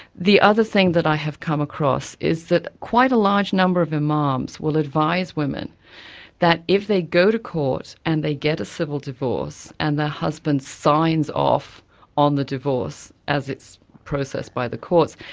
the other thing that i have come across is that quite a large number of imams will advise women that if they go to court and they get a civil divorce and their husband signs off on the divorce as it's processed by the courts,